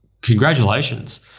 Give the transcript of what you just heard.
congratulations